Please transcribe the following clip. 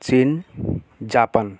চীন জাপান